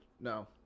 no